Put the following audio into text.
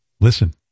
Listen